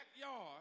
backyard